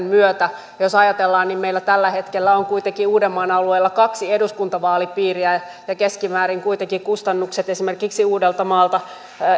myötä jos ajatellaan että meillä tällä hetkellä on kuitenkin uudenmaan alueella kaksi eduskuntavaalipiiriä ja keskimäärin kuitenkin kustannukset esimerkiksi uudeltamaalta